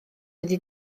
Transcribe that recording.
wedi